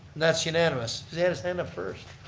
that's unanimous. cause he had his hand up first.